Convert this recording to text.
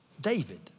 David